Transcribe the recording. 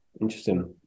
interesting